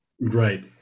Right